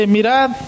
Mirad